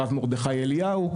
הרב מרדכי אליהו.